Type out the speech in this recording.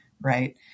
right